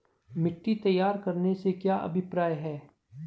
मिट्टी तैयार करने से क्या अभिप्राय है?